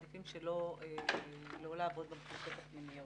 מעדיפות לא לעבוד במחלקות הפנימיות.